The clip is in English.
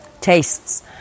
tastes